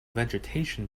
vegetation